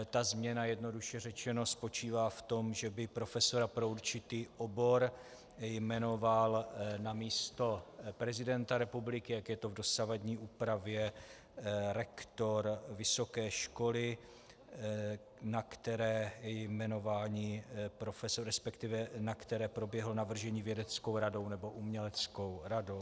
Ta změna jednoduše řečeno spočívá v tom, že by profesora pro určitý obor jmenoval namísto prezidenta republiky, jak je to v dosavadní úpravě, rektor vysoké školy, na které je jmenování, resp. na které proběhlo navržení vědeckou radou nebo uměleckou radou.